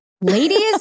Ladies